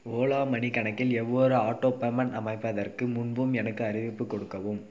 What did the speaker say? Ola money கணக்கில் ஒவ்வொரு auto payment அமைப்பதற்கு முன்பும் எனக்கு அறிவிப்புக் கொடுக்கவும்